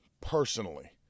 personally